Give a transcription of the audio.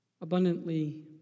abundantly